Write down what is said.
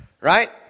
Right